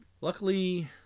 luckily